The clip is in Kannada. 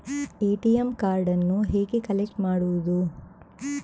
ಎ.ಟಿ.ಎಂ ಕಾರ್ಡನ್ನು ಹೇಗೆ ಕಲೆಕ್ಟ್ ಮಾಡುವುದು?